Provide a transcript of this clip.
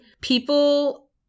people –